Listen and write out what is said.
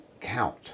count